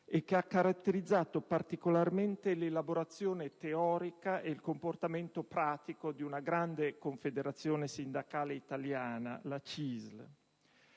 e che ha caratterizzato particolarmente l'elaborazione teorica ed il comportamento pratico di una grande confederazione sindacale italiana, la CISL.